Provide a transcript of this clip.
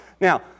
Now